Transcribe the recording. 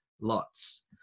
lots